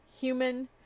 human